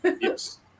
yes